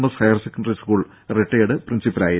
S higher secondary school retired പ്രിൻസിപ്പലാണ്